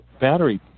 battery